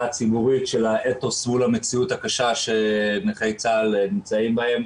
הציבורית של האתוס מול המציאות הקשה שנכי צה"ל נמצאים בה,